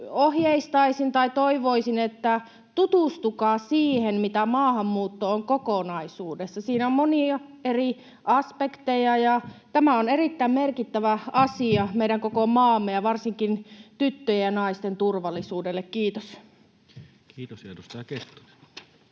Eli kyllä nyt toivoisin, että tutustukaa siihen, mitä maahanmuutto on kokonaisuudessaan. Siinä on monia eri aspekteja, ja tämä on erittäin merkittävä asia meidän koko maamme ja varsinkin tyttöjen ja naisten turvallisuudelle. — Kiitos. Kiitos. — Edustaja Kettunen.